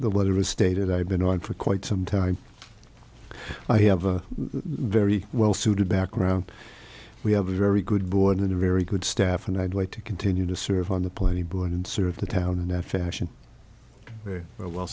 the letter was stated i've been on for quite some time i have a very well suited background we have a very good board and a very good staff and i'd like to continue to serve on the plenty board and serve the town in that fashion